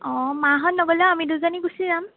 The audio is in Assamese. অ মাহঁত নগ'লেও আমি দুজনী গুচি যাম